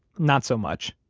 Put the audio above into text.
not so much.